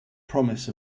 promise